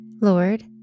Lord